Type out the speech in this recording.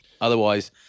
Otherwise